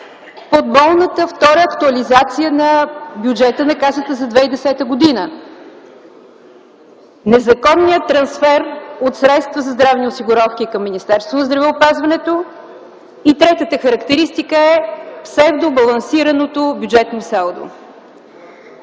подмолната втора актуализация на бюджета на Касата за 2010 г., незаконният трансфер от средства за здравни осигуровки към Министерството на здравеопазването и третата характеристика е псевдобалансираното бюджетно салдо.